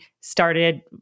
started